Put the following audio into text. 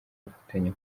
bafatanya